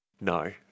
No